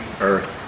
earth